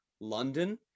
London